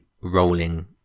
rolling